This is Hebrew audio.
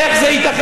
איך זה ייתכן,